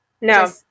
No